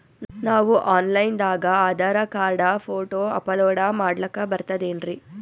ನಾವು online ದಾಗ Aadhaar card, photo upload ಮಾಡ್ಲಕ ಬರ್ತದೇನ್ರಿ?